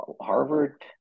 Harvard